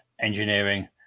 engineering